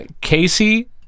casey